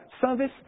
Service